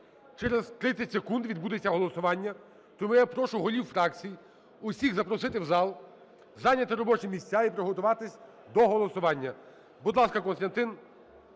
Через 30 секунд відбудеться голосування. Тому я прошу голів фракцій усіх запросити в зал, зайняти робочі місця і приготуватись до голосування. Будь ласка, Костянтин,